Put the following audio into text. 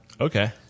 Okay